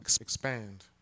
expand